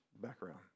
background